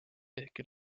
ehkki